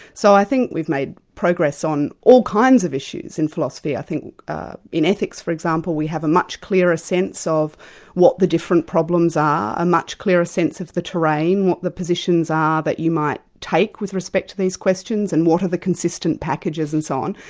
so i think we've made progress on all kinds of issues in philosophy. i think in ethics for example, we have a much clearer sense of what the different problems are, a much clearer sense of the terrain, what the positions are that you might take with respect to these questions and what are the consistent packages and so on.